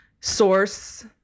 source